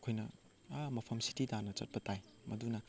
ꯑꯩꯈꯣꯏꯅ ꯑꯥ ꯃꯐꯝ ꯁꯤꯇꯤ ꯇꯥꯟꯅ ꯆꯠꯄ ꯇꯥꯏ ꯃꯗꯨꯅ